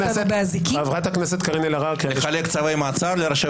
חברת הכנסת קארין אלהרר, קריאה ראשונה.